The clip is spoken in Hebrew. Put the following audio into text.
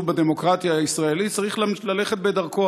בדמוקרטיה הישראלית צריך ללכת בדרכו.